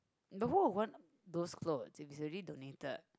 no want those clothes if it's already donated